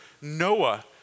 Noah